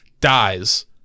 dies